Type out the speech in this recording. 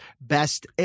best